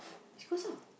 East Coast ah